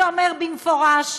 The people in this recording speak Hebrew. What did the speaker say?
שאומר במפורש: